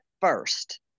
first